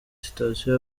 sitasiyo